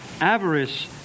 avarice